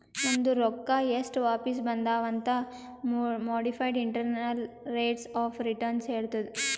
ನಮ್ದು ರೊಕ್ಕಾ ಎಸ್ಟ್ ವಾಪಿಸ್ ಬಂದಾವ್ ಅಂತ್ modified internal rates of return ಹೇಳತ್ತುದ್